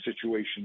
situation